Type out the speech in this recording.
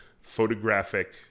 photographic